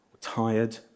tired